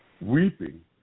Weeping